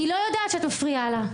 היא לא יודעת שאת מפריעה לה.